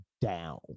down